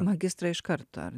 magistrą iškart ar